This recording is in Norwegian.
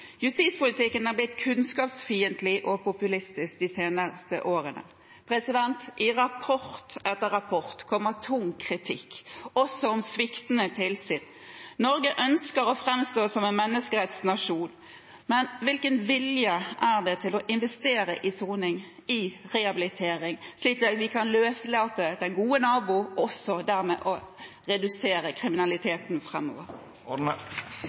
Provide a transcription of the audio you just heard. Justispolitikken har blitt kunnskapsfiendtlig og populistisk de seneste årene. I rapport etter rapport kommer tung kritikk, også om sviktende tilsyn. Norge ønsker å framstå som en menneskerettsnasjon, men hvilken vilje er det til å investere i soning og i rehabilitering, slik at vi kan løslate den gode nabo og dermed også redusere kriminaliteten